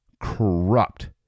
corrupt